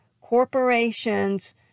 corporations